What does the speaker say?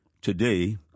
Today